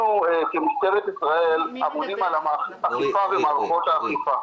אנחנו כמשטרת ישראל אמונים על האכיפה ומערכות האכיפה.